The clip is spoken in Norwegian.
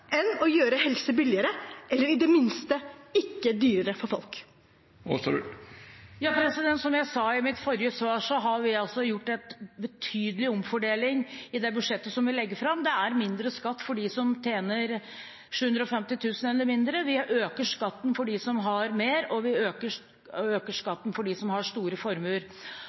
enn å gjøre helse billigere, eller i det minste ikke dyrere, for folk? Som jeg sa i mitt forrige svar, har vi gjort en betydelig omfordeling i det budsjettet vi legger fram. Det er mindre skatt for dem som tjener 750 000 kr eller mindre, vi øker skatten for dem som har mer, og vi øker skatten for dem som har store formuer.